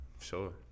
sure